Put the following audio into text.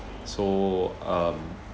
so um